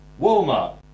Walmart